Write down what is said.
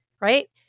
right